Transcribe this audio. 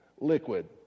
liquid